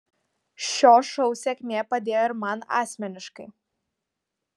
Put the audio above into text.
šio šou sėkmė padėjo ir man asmeniškai